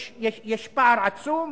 יש פער עצום